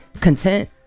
content